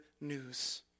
news